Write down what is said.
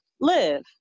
live